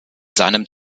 seinem